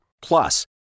plus